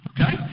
Okay